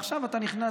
ועכשיו אתה נכנס,